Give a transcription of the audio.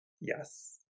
yes